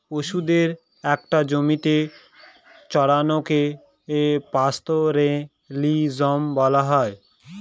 পশুদের একটা জমিতে চড়ানোকে পাস্তোরেলিজম বলা হয়